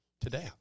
Today